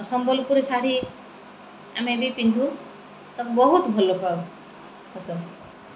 ସମ୍ବଲପୁରୀ ଶାଢ଼ୀ ଆମେ ବି ପିନ୍ଧୁ ତା'କୁ ବହୁତ ଭଲ ପାଉ